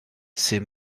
ses